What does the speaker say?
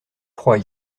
froid